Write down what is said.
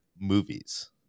movies